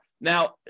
Now